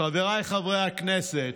חבריי חברי הכנסת,